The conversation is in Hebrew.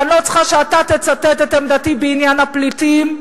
ואני לא צריכה שאתה תצטט את עמדתי בעניין הפליטים.